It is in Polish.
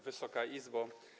Wysoka Izbo!